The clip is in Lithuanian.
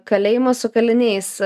kaleimą su kaliniais